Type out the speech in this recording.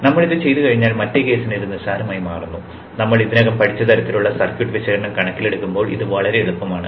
നമ്മൾ ഇത് ചെയ്തുകഴിഞ്ഞാൽ മറ്റേ കേസിന് ഇത് നിസ്സാരമായി മാറുന്നു നമ്മൾ ഇതിനകം പഠിച്ച തരത്തിലുള്ള സർക്യൂട്ട് വിശകലനം കണക്കിലെടുക്കുമ്പോൾ ഇത് വളരെ എളുപ്പമാണ്